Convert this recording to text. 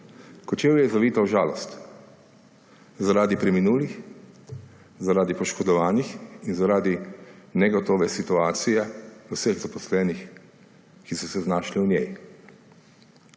Kočevje je zavito v žalost – zaradi preminulih, zaradi poškodovanih in zaradi negotove situacije vseh zaposlenih, ki so se znašli v njej.